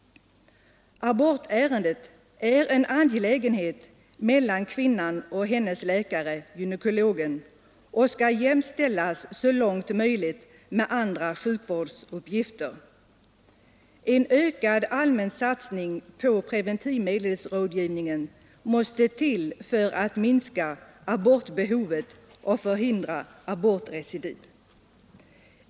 Abortärenden är en angelägenhet mellan kvinnan och hennes läkare, gynekologen, och skall jämställas, så långt möjligt, med andra sjukvårdsuppgifter. En ökad allmän satsning på preventivmedelsrådgivning måste till för att minska abortbehovet och förhindra abortrecidiv.